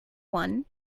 one